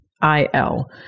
I-L